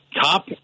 top